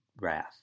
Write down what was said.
wrath